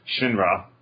Shinra